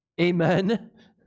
amen